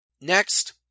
Next